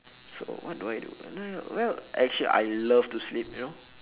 so what do I do well actually I love to sleep you know